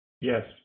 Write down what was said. Yes